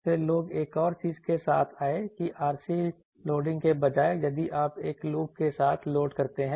फिर लोग एक और चीज के साथ आए कि RC लोडिंग के बजाय यदि आप एक लूप के साथ लोड करते हैं